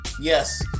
Yes